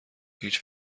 هیچ